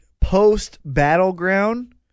post-battleground